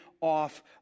off